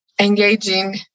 engaging